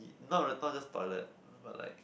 not not just toilet but like